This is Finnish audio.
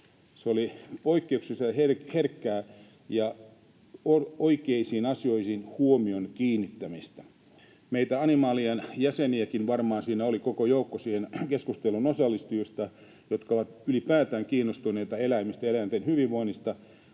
Se oli poikkeuksellisen herkkää ja oikeisiin asioihin huomion kiinnittämistä. Meitä Animalian jäseniäkin varmaan oli koko joukko siihen keskusteluun osallistujista, jotka ovat ylipäätään kiinnostuneita eläimistä ja eläinten hyvinvoinnista.